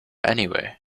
anyway